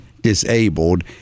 disabled